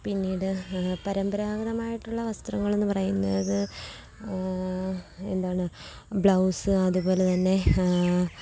പിന്നീട് പരമ്പരാഗതമായിട്ടുള്ള വസ്ത്രങ്ങളെന്ന് പറയുന്നത് എന്താണ് ബ്ലൗസ് അതുപോലെ തന്നെ